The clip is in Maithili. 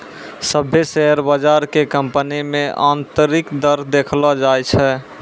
सभ्भे शेयर बजार के कंपनी मे आन्तरिक दर देखैलो जाय छै